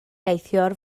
neithiwr